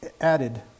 added